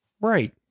Right